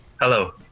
Hello